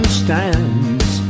stands